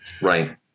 Right